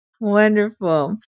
Wonderful